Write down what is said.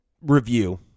review